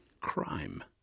crime